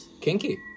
Kinky